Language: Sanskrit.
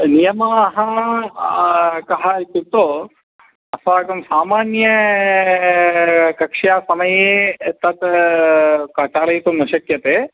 नियमाः काः इत्युक्तौ अस्माकं सामान्या कक्षायाः समये तत् चालयितुं न शक्यते